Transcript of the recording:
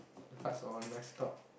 cards are all messed up